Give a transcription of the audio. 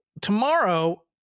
tomorrow